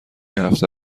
هفته